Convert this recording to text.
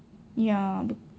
ya